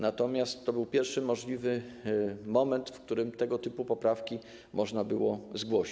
Natomiast to był pierwszy możliwy moment, w którym tego typu poprawki można było zgłosić.